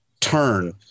turn